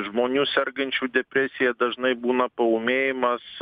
žmonių sergančių depresija dažnai būna paūmėjimas